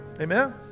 Amen